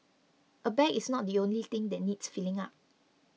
a bag is not the only thing that needs filling up